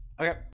Okay